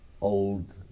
Old